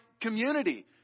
community